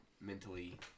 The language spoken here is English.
mentally